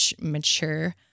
mature